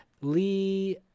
Lee